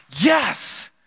yes